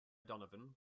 donovan